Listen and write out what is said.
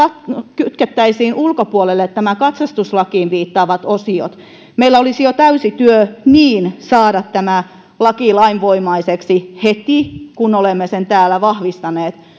kytkettäisiin ulkopuolelle nämä katsastuslakiin viittaavat osiot meillä olisi jo niin täysi työ saada tämä laki lainvoimaiseksi heti kun olemme sen täällä vahvistaneet